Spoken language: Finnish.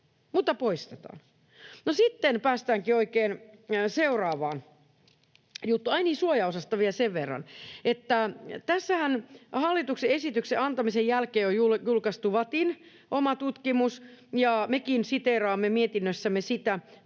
Mutta poistetaan. No sitten päästäänkin seuraavaan juttuun... Ai niin, suojaosasta vielä sen verran, että tässähän hallituksen esityksen antamisen jälkeen on julkaistu VATTin oma tutkimus, ja mekin siteeraamme mietinnössämme sitä.